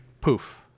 poof